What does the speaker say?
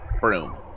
broom